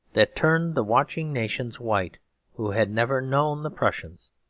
that turned the watching nations white who had never known the prussian.